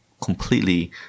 completely